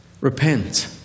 Repent